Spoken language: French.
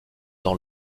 dans